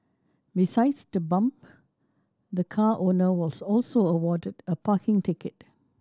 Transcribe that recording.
besides the bump the car owner was also awarded a parking ticket